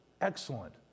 excellent